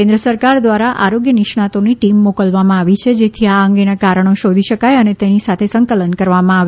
કેન્દ્ર સરકાર દ્વારા આરોગ્ય નિષ્ણાતોની ટીમ મોકલવામાં આવી છે જેથી આ અંગેનાં કારણો શોધી શકાય અને તેની સાથે સંકલન કરવામાં આવે